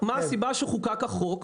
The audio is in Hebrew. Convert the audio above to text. מה הסיבה שחוקק החוק?